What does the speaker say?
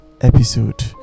episode